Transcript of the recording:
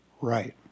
Right